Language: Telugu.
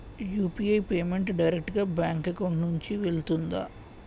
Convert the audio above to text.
యు.పి.ఐ పేమెంట్ డైరెక్ట్ గా బ్యాంక్ అకౌంట్ నుంచి వెళ్తుందా?